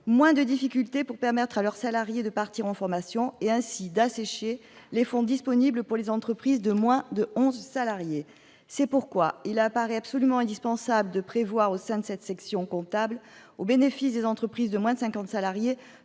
moins de difficultés pour permettre à leurs salariés de partir en formation, et ainsi d'assécher les fonds disponibles pour les entreprises de moins de 11 salariés. C'est pourquoi il paraît absolument indispensable de prévoir, au sein de cette section comptable au bénéfice des entreprises de moins de 50 salariés,